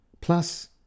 Plus